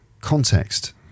context